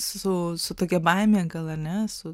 su tokia baimė gal ane su